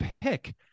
pick